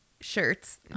shirts